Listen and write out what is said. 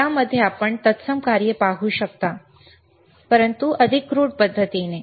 यामध्ये आपण तत्सम कार्ये पाहू शकता परंतु अधिक क्रूड पद्धतीने